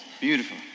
Beautiful